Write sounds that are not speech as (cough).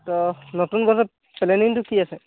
ত' নতুন বছৰত (unintelligible) কি আছে